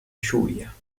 lluvia